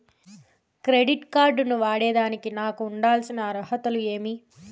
Credit card ను వాడేదానికి నాకు ఉండాల్సిన అర్హతలు ఏమి?